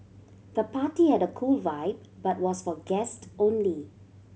the party had a cool vibe but was for guest only